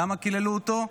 למה קיללו אותו?